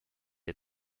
est